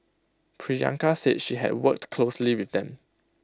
Priyanka said she had worked closely with them